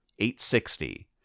860